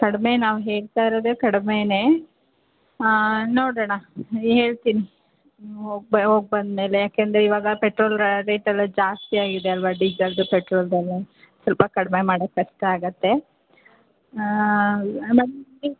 ಕಡಿಮೆ ನಾವು ಹೇಳ್ತಾ ಇರೋದೆ ಕಡ್ಮೆಯೇ ನೋಡೋಣ ಹೇಳ್ತೀನಿ ಹೋಗ್ಬ ಹೋಗ್ಬಂದ ಮೇಲೆ ಯಾಕೆಂದ್ರೆ ಇವಾಗ ಪೆಟ್ರೋಲ್ದ ರೇಟೆಲ್ಲ ಜಾಸ್ತಿ ಆಗಿದೆ ಅಲ್ವ ಡೀಜಲ್ದು ಪೆಟ್ರೋಲ್ದು ಎಲ್ಲ ಸ್ವಲ್ಪ ಕಡಿಮೆ ಮಾಡೋಕ್ಕೆ ಕಷ್ಟ ಆಗುತ್ತೆ ಮತ್ತೆ